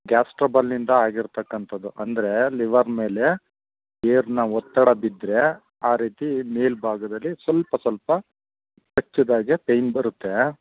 gas ಟ್ರಬಲ್ಲಿನಿಂದ ಆಗಿರ್ತಕ್ಕಂಥದು ಅಂದರೆ ಲಿವರ್ ಮೇಲೆ ಏರಿನ ಒತ್ತಡ ಬಿದ್ದರೆ ಆ ರೀತಿ ಮೇಲುಭಾಗದಲ್ಲಿ ಸ್ವಲ್ಪ ಸ್ವಲ್ಪ ಕಚ್ಚಿದ್ಹಾಗೆ ಪೇಯ್ನ್ ಬರುತ್ತೆ